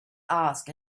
ask